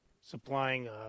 supplying